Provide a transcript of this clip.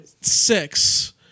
six